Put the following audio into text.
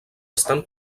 estan